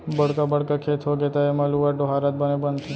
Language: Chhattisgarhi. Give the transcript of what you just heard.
बड़का बड़का खेत होगे त एमा लुवत, डोहारत बने बनथे